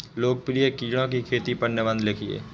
लोकप्रिय कीड़ों की खेती पर निबंध लिखिए